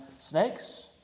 snakes